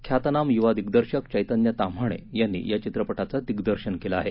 ख्यातनाम युवा दिग्दर्शक चैतन्य ताम्हाणे यांनी या चित्रपटाचं दिग्दर्शन केलं आहे